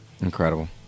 Incredible